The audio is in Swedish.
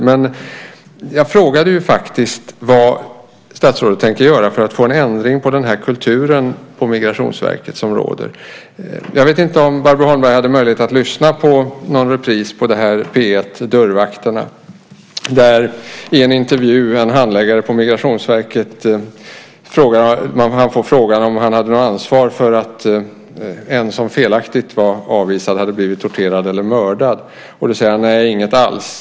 Men jag frågade faktiskt vad statsrådet tänker göra för att få en ändring på den kultur som råder på Migrationsverket. Jag vet inte om Barbro Holmberg haft möjlighet att lyssna på någon repris av programmet Dörrvakterna i P 1. I en intervju fick en handläggare på Migrationsverket frågan om han hade något ansvar för att en som felaktigt var avvisad hade blivit torterad eller mördad. Han svarade: Nej, inget alls.